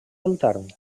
altern